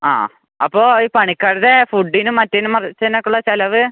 ആ അപ്പോൾ ഈ പണിക്കാരുടെ ഫുഡ്ഡിനും മറ്റേതിനും മറിച്ചേനൊക്കെയുള്ള ചിലവ്